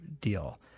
deal